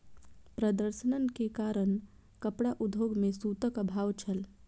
प्रदर्शन के कारण कपड़ा उद्योग में सूतक अभाव छल